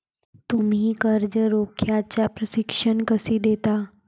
तुम्ही कर्ज रोख्याचे प्रशिक्षण कसे देता?